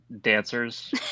dancers